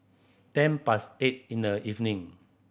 ten past eight in the evening